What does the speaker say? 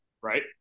Right